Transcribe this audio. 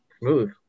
smooth